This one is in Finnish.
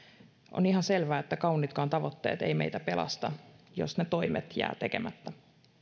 on ihan selvää että kauniitkaan tavoitteet eivät meitä pelasta jos ne toimet jäävät tekemättä